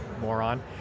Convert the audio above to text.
moron